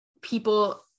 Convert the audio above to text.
people